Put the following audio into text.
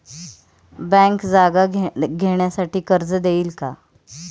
Bank जागा घेण्यासाठी कर्ज देईल का?